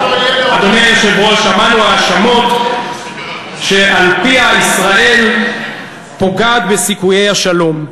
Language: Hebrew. שמענו האשמות שעל-פיהן ישראל פוגעת בסיכויי השלום.